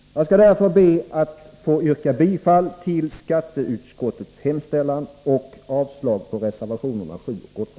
Jag skall därför be att få yrka bifall till skatteutskottets hemställan och avslag på reservationerna 7 och 8.